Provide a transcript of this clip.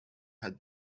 had